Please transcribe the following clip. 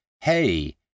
hey